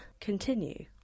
Continue